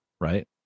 right